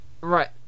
right